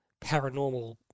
paranormal